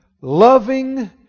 loving